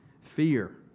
fear